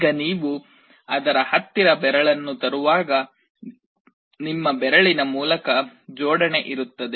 ಈಗ ನೀವು ಅದರ ಹತ್ತಿರ ಬೆರಳನ್ನು ತರುವಾಗ ನಿಮ್ಮ ಬೆರಳಿನ ಮೂಲಕ ಜೋಡಣೆ ಇರುತ್ತದೆ